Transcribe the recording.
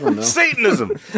Satanism